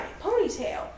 ponytail